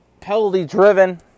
penalty-driven